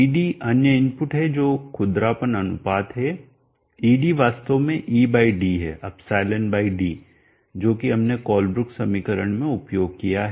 ed अन्य input है जो खुरदरापन अनुपात है ed वास्तव में ed है ε d जो कि हमने कोलेब्रुक समीकरण में उपयोग किया है